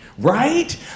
right